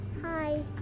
Hi